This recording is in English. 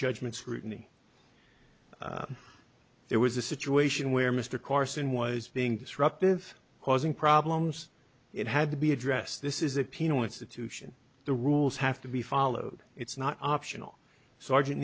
judgment scrutiny there was a situation where mr carson was being disruptive causing problems it had to be addressed this is a penal institution the rules have to be followed it's not optional sergeant